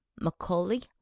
macaulay